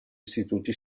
istituti